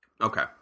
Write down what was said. Okay